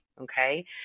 okay